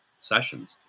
sessions